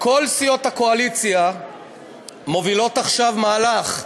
כל סיעות הקואליציה מובילות עכשיו מהלך,